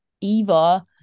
Eva